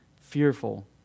fearful